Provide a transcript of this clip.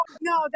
no